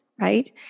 right